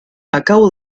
acabo